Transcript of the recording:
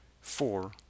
Four